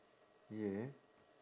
yeah